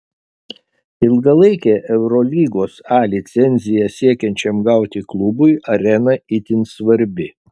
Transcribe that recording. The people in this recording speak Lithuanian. ilgalaikę eurolygos a licenciją siekiančiam gauti klubui arena itin svarbi